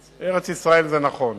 ארץ-ישראל, זה נכון.